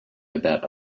about